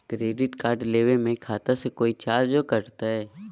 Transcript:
Credit card लेवे में खाता से कोई चार्जो कटतई?